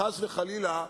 חס וחלילה,